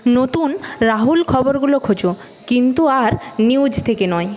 নতুুন রাহুল খবরগুলো খোঁজো কিন্তু আর নিউজ থেকে নয়